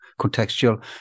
contextual